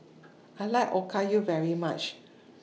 I like Okayu very much